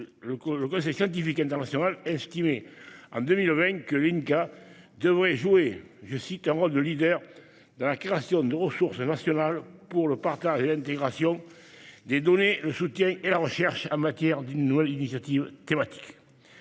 Le Conseil scientifique international estimait en 2020 que l'INCa devrait jouer « un rôle de leader dans la création de ressources nationales pour le partage et l'intégration des données, le soutien et la recherche en matière de nouvelles initiatives thématiques.